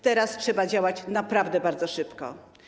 Teraz trzeba działać naprawdę bardzo szybko.